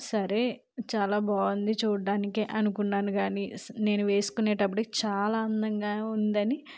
సరే చాలా బాగుంది చూడటానికి అనుకున్నాను గాని స్ నేను వేసుకునేటప్పటికి చాలా అందంగా ఉందని